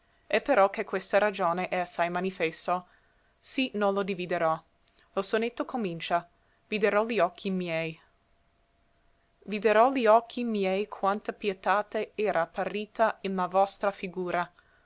e però che per questa ragione è assai manifesto sì nollo dividerò lo sonetto comincia videro li occhi miei videro li occhi miei quanta pietate era apparita in la vostra figura